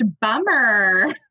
bummer